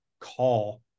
call